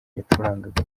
yacurangaga